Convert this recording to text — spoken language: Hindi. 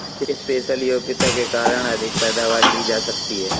स्पेशल योग्यता के कारण अधिक पैदावार ली जा सकती है